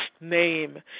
name